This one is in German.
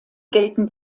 gelten